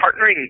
partnering